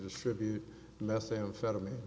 distribute methamphetamine